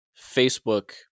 facebook